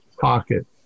pocket